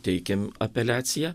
teikėm apeliaciją